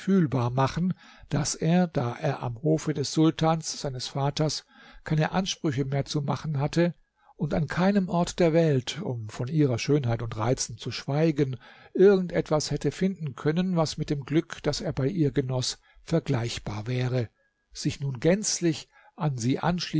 machen daß er da er am hofe des sultans seines vaters keine ansprüche mehr zu machen hatte und an keinem ort der welt um von ihrer schönheit und reizen zu schweigen irgend etwas hätte finden können was mit dem glück das er bei ihr genoß vergleichbar wäre sich nun gänzlich an sie